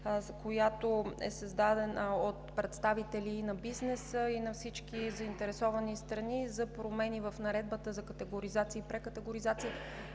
която е създадена от представители на бизнеса и на всички заинтересовани страни, за промени в Наредбата за категоризация и прекатегоризация